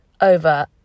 Over